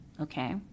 okay